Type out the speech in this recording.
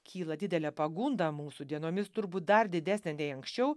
kyla didelė pagunda mūsų dienomis turbūt dar didesnė nei anksčiau